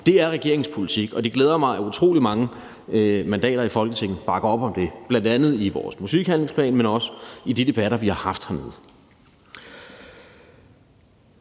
det, er regeringens politik, og det glæder mig, at utrolig mange mandater i Folketinget bakker op om det, bl.a. i vores musikhandlingsplan, men også i de debatter, vi har haft hernede